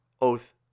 oath